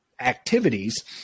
activities